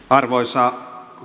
arvoisa